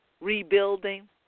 rebuilding